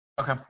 Okay